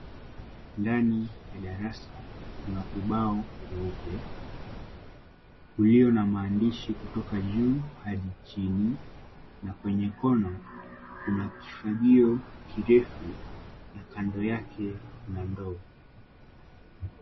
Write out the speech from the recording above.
Ndani ya darasa kuna ubao mweupe ulio na maandishi kutoka juu hadi chini, na kwenye kona kuna kifagio kirefu na kando yake kuna ndoo.